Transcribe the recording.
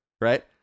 Right